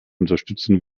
unterstützen